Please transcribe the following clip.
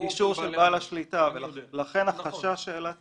אישור של בעל השליטה, לכן החשש שהעלית